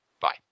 Bye